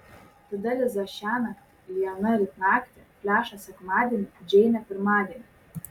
tada liza šiąnakt liana ryt naktį flešas sekmadienį džeinė pirmadienį